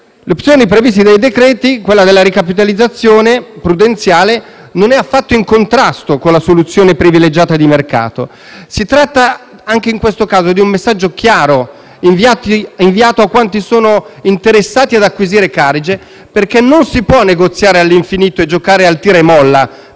occupati di crisi bancarie), quella della ricapitalizzazione prudenziale, non è affatto in contrasto con la soluzione privilegiata di mercato. Si tratta, anche in questo caso, di un messaggio chiaro, inviato a quanti sono interessati ad acquisire Carige, perché non si può negoziare all'infinito e giocare al tira e molla